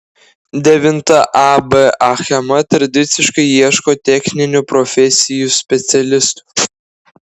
devinta ab achema tradiciškai ieško techninių profesijų specialistų